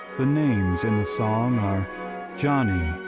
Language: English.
the names in the song are johnny,